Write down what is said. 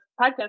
podcast